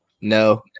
No